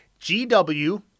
GW